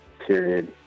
period